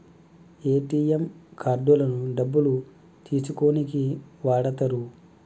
ATM కార్డులను డబ్బులు తీసుకోనీకి వాడతరు